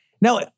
Now